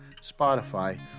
Spotify